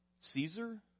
Caesar